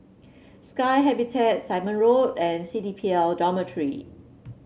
Sky Habitat Simon Road and C D P L Dormitory